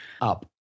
up